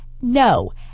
No